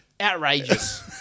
Outrageous